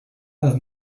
las